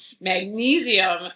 magnesium